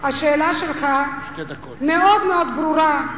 השאלה שלך מאוד מאוד ברורה,